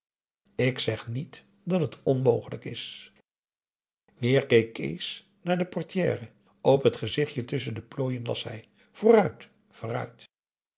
ik zeg niet dat het onmogelijk is p a daum hoe hij raad van indië werd onder ps maurits weer keek kees naar de portière op het gezichtje tusschen de plooien las hij vooruit vooruit